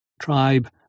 Tribe